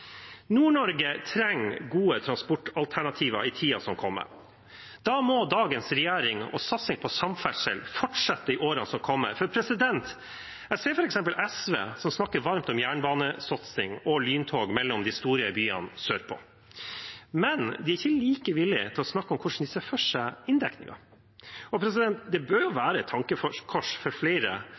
trenger gode transportalternativer i tiden som kommer. Da må dagens regjering og satsing på samferdsel fortsette i årene som kommer. SV snakker varmt om jernbanesatsing og lyntog mellom de store byene sørpå, men de er ikke like villige til å snakke om hvordan de ser for seg inndekningen. Det bør jo være et tankekors for flere